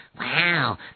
wow